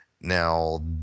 Now